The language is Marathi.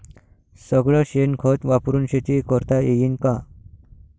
सगळं शेन खत वापरुन शेती करता येईन का?